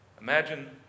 Imagine